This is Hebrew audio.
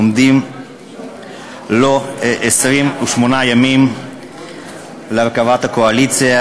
עומדים לו 28 ימים להרכבת הקואליציה.